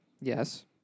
Yes